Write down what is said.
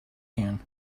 can